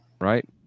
Right